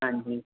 ਹਾਂਜੀ